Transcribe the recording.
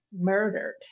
murdered